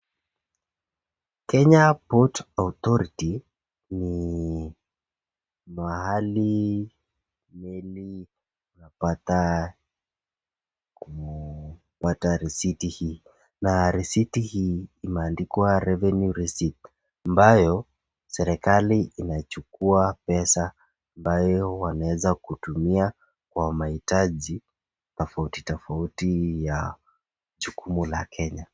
Kenya Ports Authority ni mahali meli inapata kupata risiti hii na risiti hii imeandikwa Revenue Receipt ambayo serikali inachukua pesa ambayo wanaweza kutumia kwa mahitaji tofauti tofauti ya jukumu la Kenya.